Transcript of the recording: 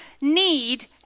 need